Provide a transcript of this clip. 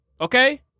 Okay